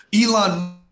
Elon